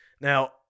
now